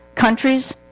countries